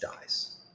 dies